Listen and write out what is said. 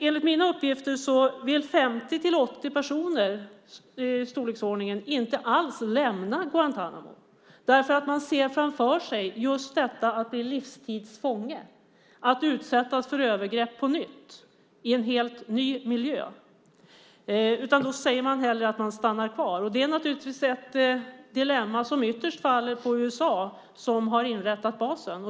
Enligt mina uppgifter vill 50-80 personer inte alls lämna Guantánamo. De ser framför sig att bli livstidsfånge och på nytt utsättas för övergrepp i en helt ny miljö. De säger att de hellre stannar kvar. Det är ett dilemma som ytterst faller på USA, som har inrättat basen.